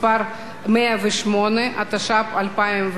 108), התשע"ב 2012,